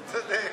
צודק.